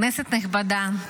כנסת נכבדה,